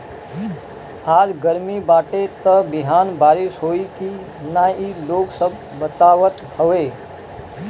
आज गरमी बाटे त बिहान बारिश होई की ना इ लोग सब बतावत हवे